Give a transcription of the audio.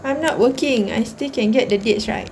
I'm not working I still can get the dates right